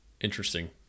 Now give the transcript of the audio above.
Interesting